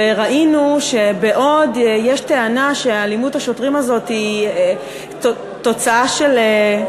וראינו שבעוד שיש טענה שאלימות השוטרים הזאת היא תוצאה של,